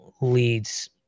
leads